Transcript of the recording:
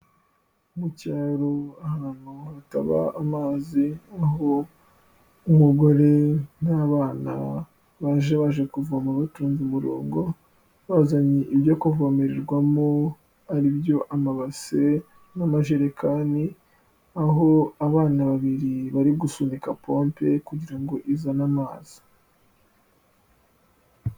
Mu cyaro ahantu hataba amazi, aho umugore n'abana baje, baje kuvoma batonze umurongo, bazanye ibyo kuvomererwamo ari byo amabase n'amajerekani, aho abana babiri, bari gusunika pompe kugira ngo izane amazi.